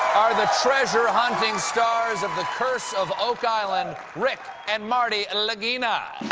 are the treasure hunting stars of the curse of oak island, rick and marty lagina.